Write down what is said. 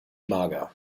mager